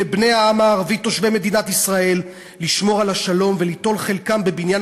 לבני העם הערבי תושבי מדינת ישראל לשמור על שלום וליטול חלקם בבניין